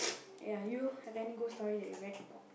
ya you have any ghost story that you read